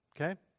okay